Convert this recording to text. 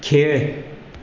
खेळ